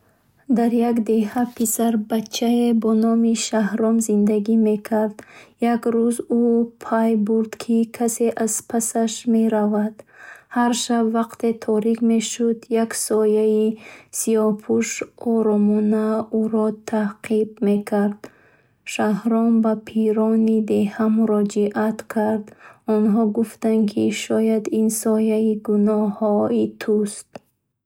Дар як деҳа писарбачае бо номи Шаҳром зиндагӣ мекард. Як рӯз, ӯ пай бурд, ки касе аз пасаш меравад. Ҳар шаб, вақте торик мешуд, як фигураи сиёҳпӯш оромона ӯро таъқиб мекард. Шаҳром ба пирони деҳа муроҷиат кард. Онҳо гуфтанд, ки шояд ин Сояи гуноҳҳои уст.